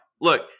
Look